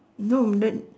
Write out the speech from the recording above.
no the